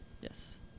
Yes